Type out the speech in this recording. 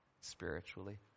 Spiritually